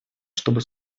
чтобы